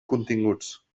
continguts